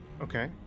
Okay